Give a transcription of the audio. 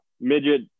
midget